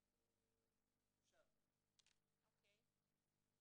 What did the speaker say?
אני חסן אלעוברה, תושב רהט.